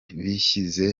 bishyize